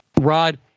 Rod